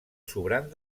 sobrant